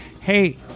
Hey